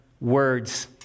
words